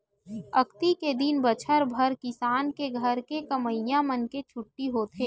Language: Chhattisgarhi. अक्ती के दिन बछर भर किसान के घर के कमइया मन के छुट्टी होथे